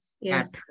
yes